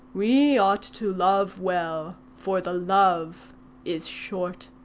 we ought to love well, for the love is short.